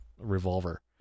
revolver